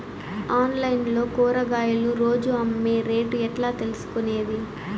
Online లో కూరగాయలు రోజు అమ్మే రేటు ఎట్లా తెలుసుకొనేది?